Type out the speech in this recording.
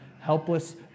helpless